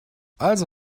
also